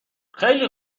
خیلی